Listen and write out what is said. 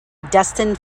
destined